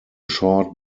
short